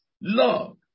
love